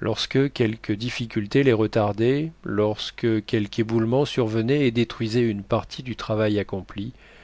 lorsque quelque difficulté les retardait lorsque quelque éboulement survenait et détruisait une partie du travail accompli